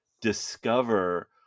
discover